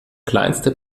kleinste